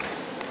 8